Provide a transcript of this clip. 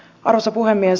arvoisa puhemies